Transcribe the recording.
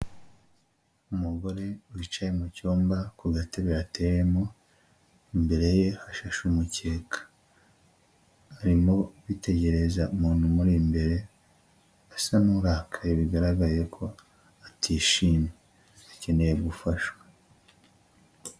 Umugore wicaye mu cyumba ku gatebe yateyemo, imbere ye hashashe umukeka. Arimo kwitegereza umuntu umuri imbere asa n'urakaye, bigaragaye ko atishimye, akeneye gufashwa.